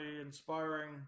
inspiring